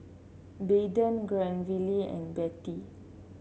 Bethann Granville and Betty